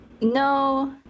no